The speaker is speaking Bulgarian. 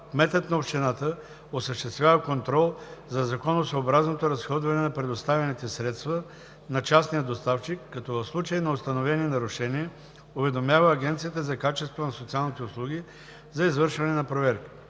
Кметът на общината осъществява контрол за законосъобразното разходване на предоставените средства на частния доставчик, като в случай на установени нарушения уведомява Агенцията за качеството на социалните услуги за извършване на проверка.